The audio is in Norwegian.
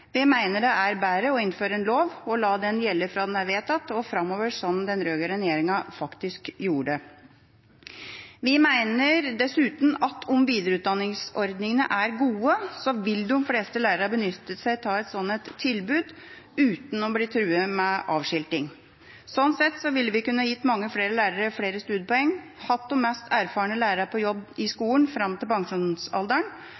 Vi mener det er bedre å innføre en lov og la den gjelde fra den er vedtatt og framover, slik den rød-grønne regjeringa faktisk gjorde. Vi mener dessuten at om videreutdanningsordningene er gode, vil de fleste lærere benytte seg av et slikt tilbud, uten å bli truet med avskilting. Slik ville vi kunne ha gitt mange lærere flere studiepoeng, hatt de mest erfarne lærerne på jobb i